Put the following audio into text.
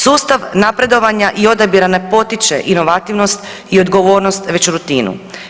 Sustav napredovanja i odabira ne potiče inovativnost i odgovornost već rutinu.